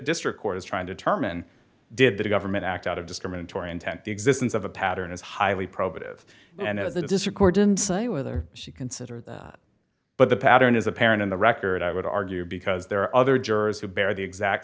district court is trying to determine did the government act out of discriminatory intent the existence of a pattern is highly probative and at the district court didn't say whether she considered that but the pattern is apparent in the record i would argue because there are other jurors who bear the exact